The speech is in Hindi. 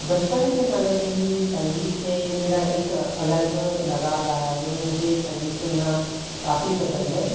बचपन के समय से ही संगीत से मेरा एक अलग लगाव रहा है मुझे संगीत सुनना काफ़ी पसंद है